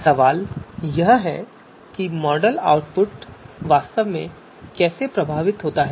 सवाल यह है कि मॉडल आउटपुट वास्तव में कैसे प्रभावित होता है